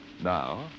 Now